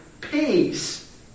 peace